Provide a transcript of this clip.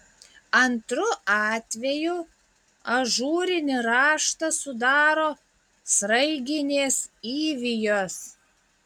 antru atvejų ažūrinį raštą sudaro sraiginės įvijos